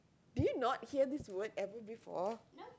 do you not hear this word ever before